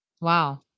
Wow